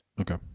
Okay